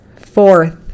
Fourth